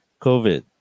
covid